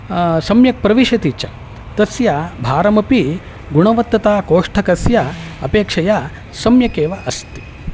सम्यक् प्रविशति च तस्य भारमपि गुणवत्तताकोष्ठकस्य अपेक्षया सम्यकेव अस्ति